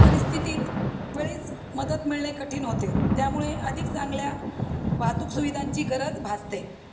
परिस्थितीत वेळीच मदत मिळणे कठीण होते त्यामुळे अधिक चांगल्या वाहतूक सुविधांची गरज भासते